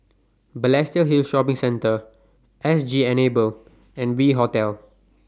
Balestier Hill Shopping Centre S G Enable and V Hotel